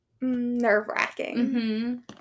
nerve-wracking